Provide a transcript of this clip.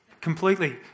Completely